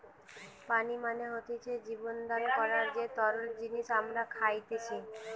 পানি মানে হতিছে জীবন দান করার যে তরল জিনিস আমরা খাইতেসি